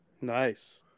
Nice